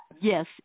Yes